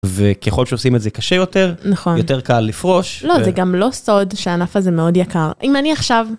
וככל שעושים את זה קשה יותר, יותר קל לפרוש. לא, זה גם לא סוד שהענף הזה מאוד יקר, אם אני עכשיו...